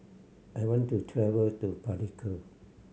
I want to travel to Palikir